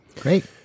Great